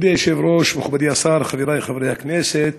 מכובדי היושב-ראש, מכובדי השר, חברי חברי הכנסת,